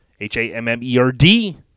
h-a-m-m-e-r-d